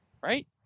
Right